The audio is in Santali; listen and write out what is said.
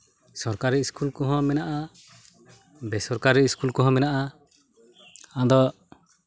ᱥᱚᱨᱠᱟᱨᱤ ᱤᱥᱠᱩᱞ ᱠᱚᱦᱚᱸ ᱢᱮᱱᱟᱜᱼᱟ ᱵᱮᱥᱚᱨᱠᱟᱨᱤ ᱤᱥᱠᱩᱞ ᱠᱚᱦᱚᱸ ᱢᱮᱱᱟᱜᱼᱟ ᱟᱫᱚ